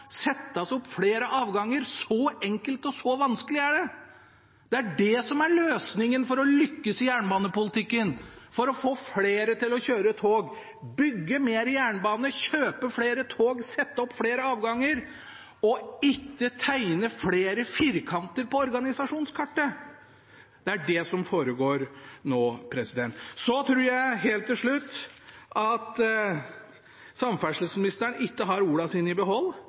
settes opp flere avganger. Så enkelt og så vanskelig er det. Det er det som er løsningen for å lykkes i jernbanepolitikken, for å få flere til å kjøre tog: bygge mer jernbane, kjøpe flere tog, sette opp flere avganger og ikke tegne flere firkanter på organisasjonskartet. Det er det som foregår nå. Så tror jeg, helt til slutt, at samferdselsministeren ikke har ordene sine i behold.